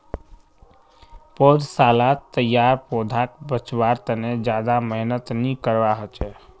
पौधसालात तैयार पौधाक बच्वार तने ज्यादा मेहनत नि करवा होचे